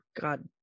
god